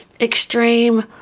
extreme